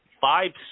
five